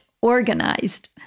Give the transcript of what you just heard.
organized